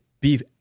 beef